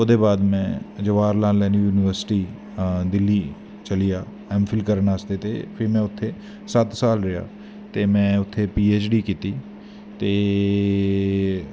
ओह्दै बाद में जबाहर लाल नैह्रु युनिवर्सिटी दिल्ली चलिया एम फिल करने आस्तै ते फ्हा में उत्थें सत्त साल रेहा ते में उत्थें पी ऐच डी कीती ते